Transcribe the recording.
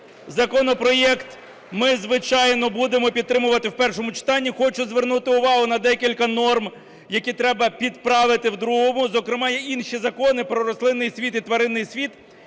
законопроект ми, звичайно, будемо підтримувати в першому читанні. Хочу звернути увагу на декілька норм, які треба підправити в другому, зокрема, і інші закони про рослинний світ і тваринний світ,